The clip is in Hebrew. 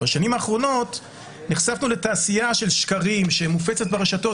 בשנים האחרונות נחשפנו לתעשייה של שקרים שמופצת ברשתות,